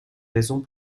raisons